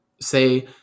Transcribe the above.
say